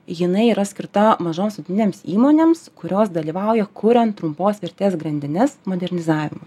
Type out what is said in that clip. jinai yra skirta mažoms vutinėms įmonėms kurios dalyvauja kuriant trumpos vertės grandines modernizavimą